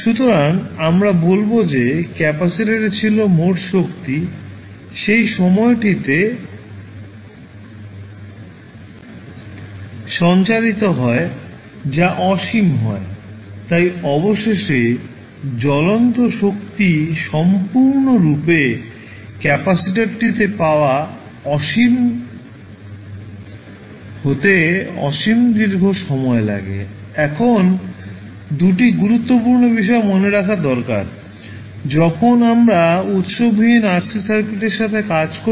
সুতরাং আমরা বলব যে ক্যাপাসিটারে ছিল মোট শক্তি সেই সময়টিতে সঞ্চারিত হয় যা অসীম হয় তাই অবশেষে ক্যাপাসিটরটি থেকে শক্তি সম্পূর্ণরূপে পাওয়া জ্বলন্ত হতে অসীম দীর্ঘ সময় লাগে এখন দুটি গুরুত্বপূর্ণ বিষয় মনে রাখা দরকার যখন আমরা উৎসবিহীন RC সার্কিটের সাথে কাজ করি